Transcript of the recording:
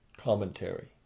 commentary